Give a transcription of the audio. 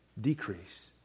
decrease